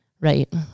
right